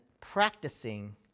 practicing